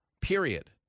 period